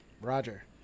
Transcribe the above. Roger